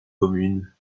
communes